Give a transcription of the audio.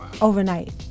Overnight